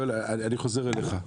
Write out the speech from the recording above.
יואל, אני חוזר אליך.